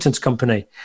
company